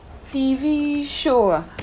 T_V show ah